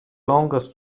longest